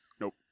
Nope